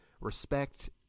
respect